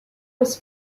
was